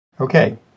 Okay